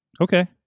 Okay